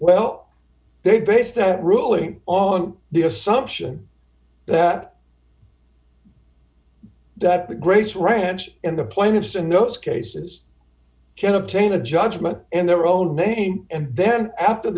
well they base that ruling on the assumption that that the grace ranch and the plaintiffs in those cases can obtain a judgment and their own name and then after